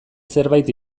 zerbait